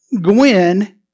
Gwen